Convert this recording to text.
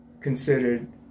considered